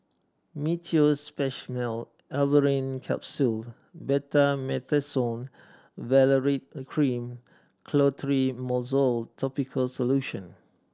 Meteospasmyl Alverine Capsule Betamethasone Valerate Cream Clotrimozole Topical Solution